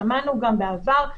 שמענו גם בעבר,